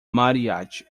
mariachi